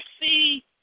see